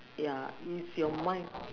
ya it's your mind